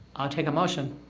i'll take a motion